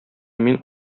мин